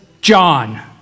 John